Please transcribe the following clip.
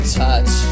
touch